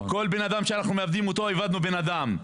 כל בן אדם שאותו אנחנו מאבדים אז איבדנו בן אדם.